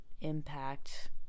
impact